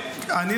ערבי.